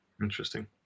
Interesting